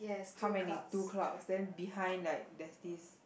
how many two clouds then behind like there's this